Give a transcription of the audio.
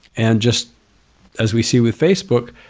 and just as we see with facebook,